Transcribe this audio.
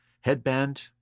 Headband